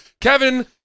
Kevin